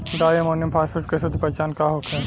डाई ammonium phosphate के शुद्ध पहचान का होखे?